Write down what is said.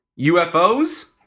UFOs